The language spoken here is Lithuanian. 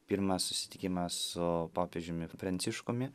pirmas susitikimas su popiežiumi pranciškumi